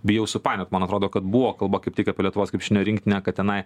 bijau supainiot man atrodo kad buvo kalba kaip tik apie lietuvos krepšinio rinktinę kad tenai